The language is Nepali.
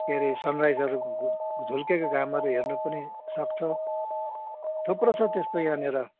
के अरे सनराइजहरू घु झुल्केको घामहरू हेर्न पनि सक्छ थुप्रो छ त्यस्तो यहाँनिर